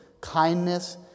kindness